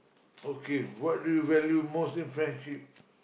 okay what do you value most in friendship